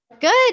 Good